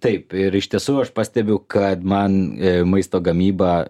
taip ir iš tiesų aš pastebiu kad man maisto gamyba